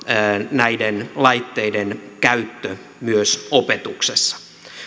näiden laitteiden käyttö myös opetuksessa